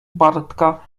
bartka